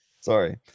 Sorry